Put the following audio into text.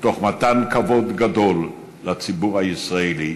מתוך מתן כבוד גדול לציבור הישראלי,